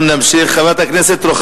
תודה רבה.